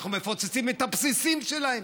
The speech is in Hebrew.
אנחנו מפוצצים את הבסיסים שלהם.